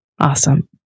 Awesome